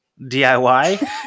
DIY